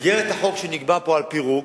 במסגרת החוק שנקבע בו על פירוק,